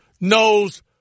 knows